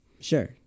Sure